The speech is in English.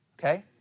Okay